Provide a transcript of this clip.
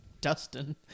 Dustin